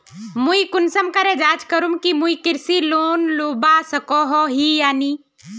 मुई कुंसम करे जाँच करूम की मुई कृषि लोन लुबा सकोहो ही या नी?